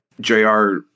JR